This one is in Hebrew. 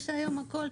יש היום הכל,